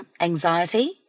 anxiety